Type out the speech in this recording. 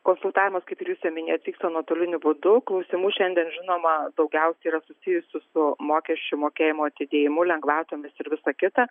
konsultavimas kaip ir jūs paminėjot vyksta nuotoliniu būdu klausimų šiandien žinoma daugiausiai yra susijusių su mokesčių mokėjimo atidėjimu lengvatomis ir visa kita